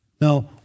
Now